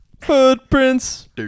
footprints